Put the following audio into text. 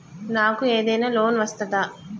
నాకు ఏదైనా లోన్ వస్తదా?